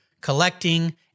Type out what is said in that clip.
collecting